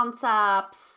concepts